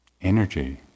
energy